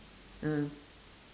ah